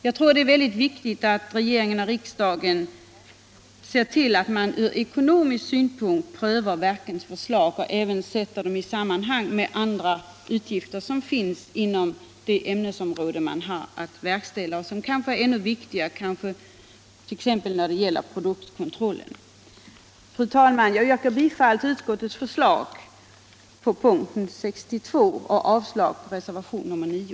Jag tror det är viktigt att regeringen och riksdagen ser till att verkens förslag prövas från ekonomisk synpunkt och även sätts i sammanhang med andra utgifter som finns i det ämnesområde inom vilket man har att verkställa arbetet. Det är kanske ännu viktigare med anslag när det gäller t.ex. produktkontrollen. Fru talman! Jag yrkar bifall till utskottets förslag på punkten 62 och avslag på reservationen 9.